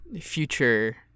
future